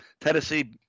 Tennessee